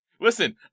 Listen